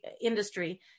industry